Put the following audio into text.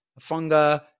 Funga